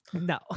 No